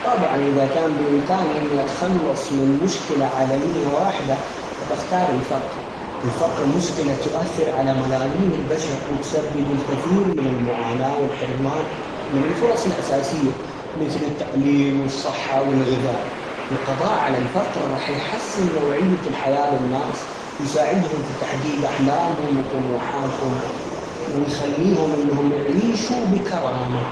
طبعًا إذا كان بإمكاني إني أتخلص من مشكلة عالمية واحدة ، بختار الفقر ،الفقر مشكلة تؤثر على ملايين البشر ،وتسبب الكثير من المعاناة و، الحرمان من الفرص الأساسية مثل: التعليم ،والصحة ،والغذاء القضاء على الفقر رح يحسن نوعية الحياة للناس ويساعدهم في تحقيق أحلامهم، وطموحاتهم ،ويخليهم إنهم يعيشوا بكرامة.